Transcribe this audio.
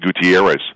Gutierrez